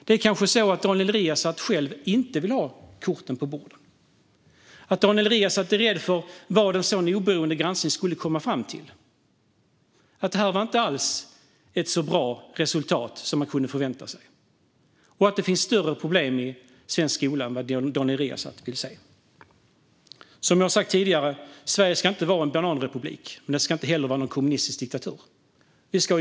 Det är kanske så att Daniel Riazat själv inte vill ha korten på bordet, att Daniel Riazat är rädd för vad en sådan oberoende granskning skulle komma fram till, att det inte var ett så bra resultat som man kunde förvänta sig, att det finns större problem i svensk skola än vad Daniel Riazat vill se. Sverige ska inte vara en bananrepublik, men Sverige ska inte heller vara en kommunistisk diktatur.